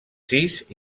sis